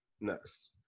next